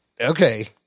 okay